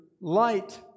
light